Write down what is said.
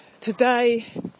today